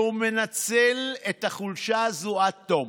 והוא מנצל את החולשה הזאת עד תום,